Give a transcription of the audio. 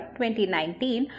2019